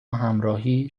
همراهی